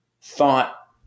thought